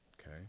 okay